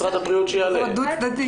משרד האוצר,